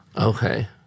Okay